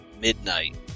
midnight